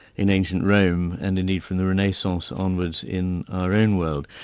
in ancient rome and indeed from the renaissance onwards in our own world.